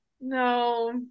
No